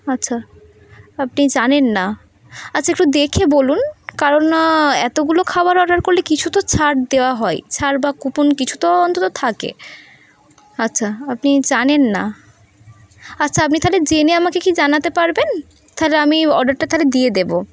আচ্ছা আপনি জানেন না আচ্ছা একটু দেখে বলুন কারণ না এতগুলো খাবার অর্ডার করলে কিছু তো ছাড় দেওয়া হয় ছাড় বা কুপন কিছু তো অন্তত থাকে আচ্ছা আপনি জানেন না আচ্ছা আপনি তাহলে জেনে আমাকে কি জানাতে পারবেন তাহলে আমি অর্ডারটা তাহলে দিয়ে দেব